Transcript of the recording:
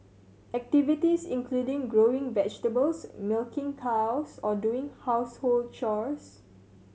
activities include growing vegetables milking cows or doing household chores